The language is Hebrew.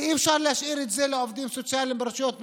כי אי-אפשר להשאיר את זה לעובדים סוציאליים ברשויות מקומיות,